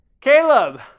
Caleb